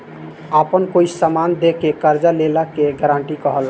आपन कोई समान दे के कर्जा लेला के गारंटी कहला